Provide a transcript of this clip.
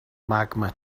magma